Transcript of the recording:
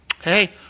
hey